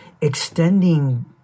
extending